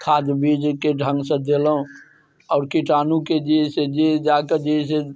खाद बीजके ढ़ङ्गसँ देलहुँ और कीटाणु के जे है से जे जाके जे है से